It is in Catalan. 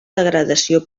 degradació